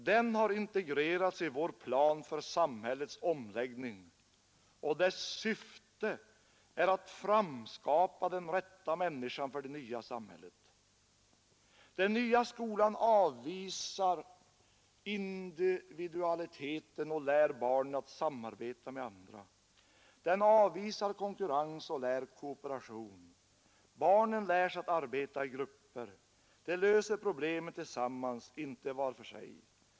Den har integrerats i vår plan för samhällets omläggning och dess syfte är att framskapa den rätta människan för det nya samhället. Den nya skolan avvisar individualiteten och lär barnen att samarbeta med andra. Den avvisar konkurrens och lär koopgration. Barnen lärs att arbeta i grupper De löser problemen tillsammans, inte var för sig.